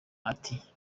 ati